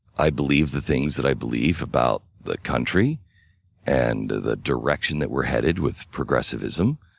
i believe the things that i believe about the country and the direction that we're headed with progressivism.